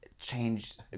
changed